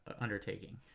undertaking